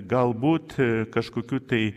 galbūt kažkokių tai